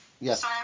yes